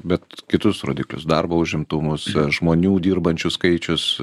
bet kitus rodiklius darbo užimtumus žmonių dirbančių skaičius